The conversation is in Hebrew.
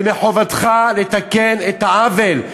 ומחובתך לתקן את העוול,